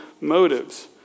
motives